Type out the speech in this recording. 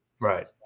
Right